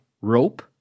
rope